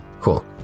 cool